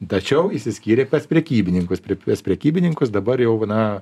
tačiau išsiskyrė pas prekybininkus pri pas prekybininkus dabar jau na